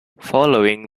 following